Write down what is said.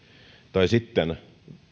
tai sitten